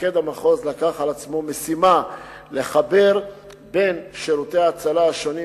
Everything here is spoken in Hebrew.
מפקד המחוז לקח על עצמו משימה לחבר בין שירותי ההצלה השונים,